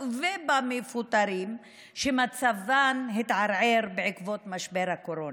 ובמפוטרים שמצבם התערער בעקבות משבר הקורונה.